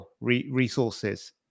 resources